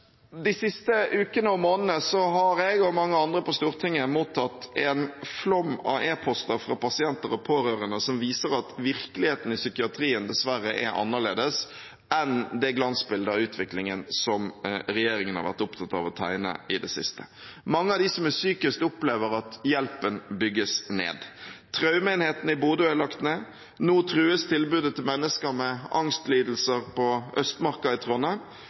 De siste ukene og månedene har jeg, og mange andre på Stortinget, mottatt en flom av e-poster fra pasienter og pårørende, som viser at virkeligheten i psykiatrien dessverre er annerledes enn det glansbildet av utviklingen som regjeringen har vært opptatt av å tegne i det siste. Mange av dem som er sykest, opplever at hjelpen bygges ned. Traumeenheten i Bodø er lagt ned. Nå trues tilbudet til mennesker med angstlidelser på Østmarka i Trondheim